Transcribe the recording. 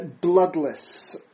bloodless